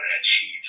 achieve